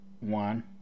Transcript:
one